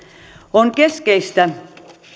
on keskeistä